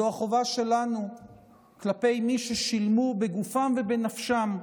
זו החובה שלנו כלפי מי ששילמו בגופם ובנפשם,